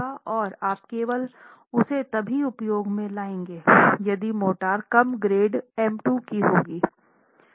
और आप केवल उसे तभी उपयोग में लाएंगे यदि मोर्टार कम ग्रेड एम 2 की होगी